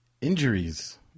injuries